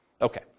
Okay